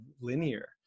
linear